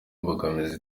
imbogamizi